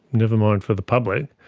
never mind for the public.